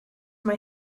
mae